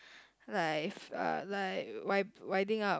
life uh like wipe~ wiping up